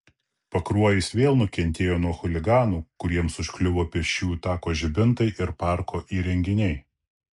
pakruojis vėl nukentėjo nuo chuliganų kuriems užkliuvo pėsčiųjų tako žibintai ir parko įrenginiai